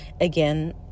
Again